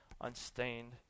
unstained